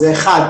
הבעיה הראשונה,